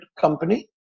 company